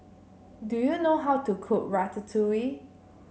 do you know how to cook Ratatouille